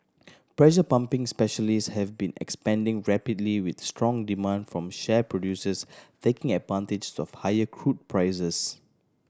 pressure pumping specialist have been expanding rapidly with strong demand from shale producers taking advantage of higher crude prices